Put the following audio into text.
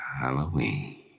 Halloween